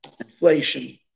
inflation